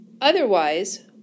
Otherwise